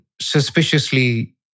suspiciously